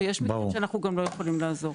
ויש מקרים שאנחנו גם לא יכולים לעזור.